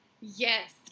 Yes